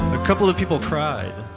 a couple of people cried.